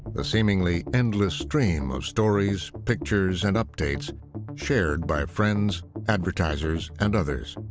the seemingly endless stream of stories, pictures, and updates shared by friends, advertisers, and others.